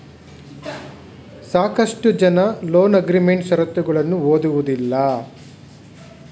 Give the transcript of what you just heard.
ಸಾಕಷ್ಟು ಜನ loan agreement ಶರತ್ತುಗಳನ್ನು ಓದುವುದಿಲ್ಲ